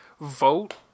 vote